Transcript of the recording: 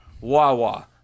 Wawa